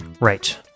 Right